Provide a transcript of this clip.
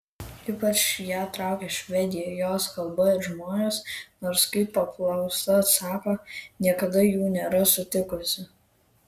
ypač ją traukia švedija jos kalba ir žmonės nors kaip paklausta atsako niekada jų nėra sutikusi